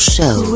Show